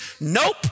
Nope